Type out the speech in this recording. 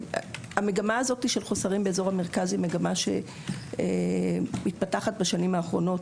המגמה הזאת של חוסרים באזור המרכז מתפתחת בשנים האחרונות,